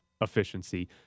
efficiency